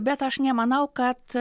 bet aš nemanau kad